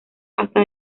hasta